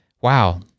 Wow